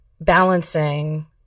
balancing